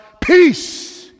peace